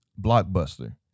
Blockbuster